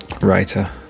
writer